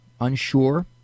unsure